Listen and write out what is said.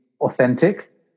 authentic